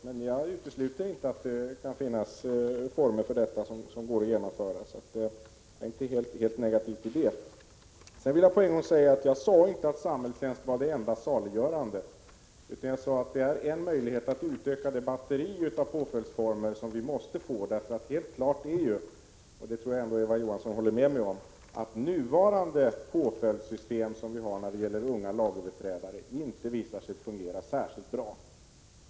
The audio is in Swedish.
Men jag utesluter inte att det kan finnas former för detta som går att genomföra. Jag är inte helt negativ. Jag sade inte att samhällstjänst var det enda saliggörande, utan jag sade att det var en möjlighet att utöka det batteri av påföljdsformer som vi måste få. För helt klart är, och det tror jag att Eva Johansson håller med om, att nuvarande påföljdssystem för unga lagöverträdare inte visat sig fungera särskilt bra.